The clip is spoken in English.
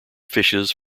fishes